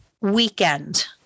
weekend